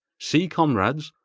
see, comrades,